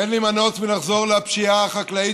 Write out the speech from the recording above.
אין לי מנוס מלחזור לפשיעה החקלאית,